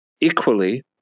Equally